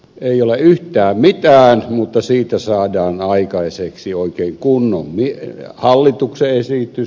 ei ole yhtään mitään mutta siitä saadaan aikaiseksi oikein kunnon hallituksen esitys